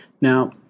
now